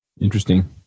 Interesting